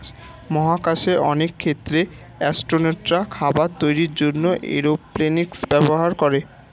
মহাকাশে অনেক ক্ষেত্রে অ্যাসট্রোনটরা খাবার তৈরির জন্যে এরওপনিক্স ব্যবহার করে